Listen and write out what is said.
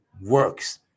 works